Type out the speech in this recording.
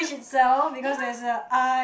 ya